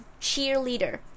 cheerleader